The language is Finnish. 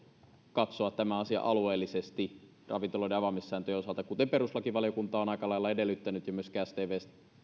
katsoa tämä asia alueellisesti ravintoloiden avaamissääntöjen osalta kuten perustuslakivaliokunta on aika lailla edellyttänyt ja myöskin stv